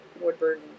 woodburn